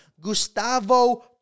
Gustavo